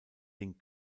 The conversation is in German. den